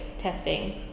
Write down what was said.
testing